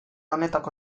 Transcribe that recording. honetako